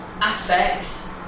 aspects